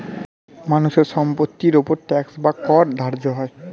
মানুষের সম্পত্তির উপর ট্যাক্স বা কর ধার্য হয়